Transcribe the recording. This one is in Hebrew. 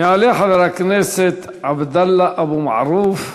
יעלה חבר הכנסת עבדאללה אבו מערוף,